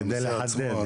כדי לחדד.